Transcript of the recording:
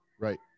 Right